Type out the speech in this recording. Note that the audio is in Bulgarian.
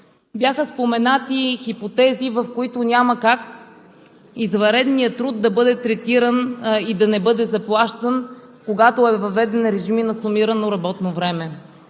бяха споменати хипотези, в които няма как извънредният труд да бъде третиран и да не бъде заплащан, когато е въведен режим на сумирано работно време.